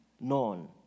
known